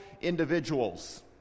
individuals